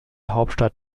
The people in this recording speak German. hauptstadt